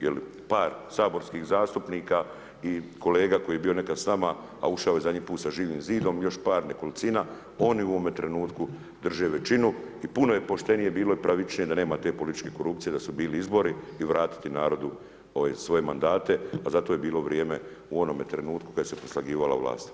Jer par saborskih zastupnika i kolega koji je bio nekada s nama, a ušao zadnji put sa Živim zidom, još par, nekolicina oni u ovome trenutku drže većinu i puno je poštenije bilo i pravičnije da nema te političke korupcije, da su bili izbori i vratiti narodu ove svoje mandate, pa zato je bilo i vrijeme u onome trenutku kada se je preslagivala vlast.